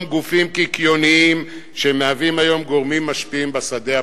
גופים קיקיוניים שמהווים היום גורמים משפיעים בשדה הפוליטי.